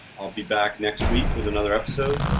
i'll be back next week with another episode.